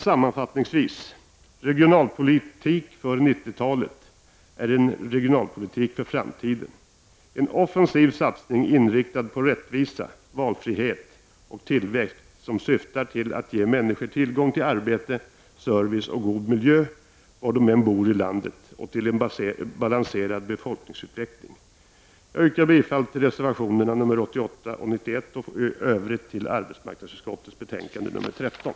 Sammanfattningsvis: Regionalpolitik för 90-talet är en regionalpolitik för framtiden, en offensiv satsning inriktad på rättvisa, valfrihet och tillväxt som syftar till att ge människor tillgång till arbete, service och god miljö var de än bor i landet och en balanserad befolkningsutveckling. Jag yrkar bifall till reservationerna nr 88 och 91 och i övrigt till arbetsmarknadsutskottets hemställan i betänkande nr 13.